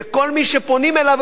וכל מי שפונים אליו,